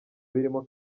birimo